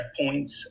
checkpoints